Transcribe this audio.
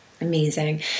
Amazing